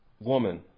woman